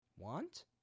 want